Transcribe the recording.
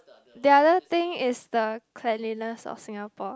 the other thing is the cleanliness of Singapore